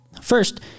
First